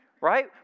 Right